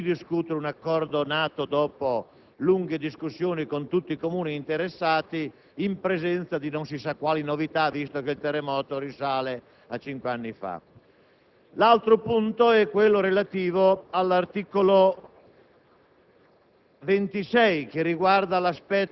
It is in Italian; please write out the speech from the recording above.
perché si debba dare al Ministro la possibilità di ridiscutere un accordo raggiunto dopo lunghe discussioni con tutti i Comuni interessati in presenza di non si sa quali novità, visto che tale evento risale a cinque anni fa. Il terzo è relativo all'articolo